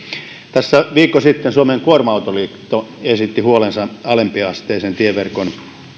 tässä viikko sitten suomen kuorma autoliitto esitti huolensa alempiasteisen tieverkon